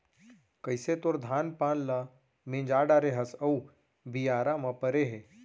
कइसे तोर धान पान ल मिंजा डारे हस अउ बियारा म परे हे